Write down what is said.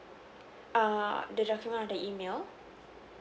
err the document of the email